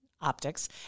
optics